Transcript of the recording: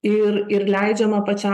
ir ir leidžiama pačiam